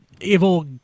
evil